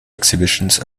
exhibitions